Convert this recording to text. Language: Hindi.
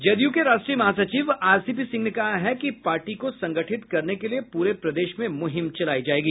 जदयू के राष्ट्रीय महासचिव आरसीपीसिंह ने कहा है कि पार्टी को संगठित करने के लिए पूरे प्रदेश में मुहिम चलाई जाएगी